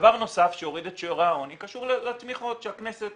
דבר נוסף שיוריד את שיעור העוני קשור לתמיכות שהכנסת